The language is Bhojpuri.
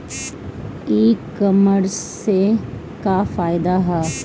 ई कामर्स से का फायदा ह?